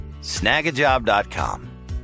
snagajob.com